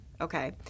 Okay